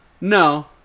No